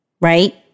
right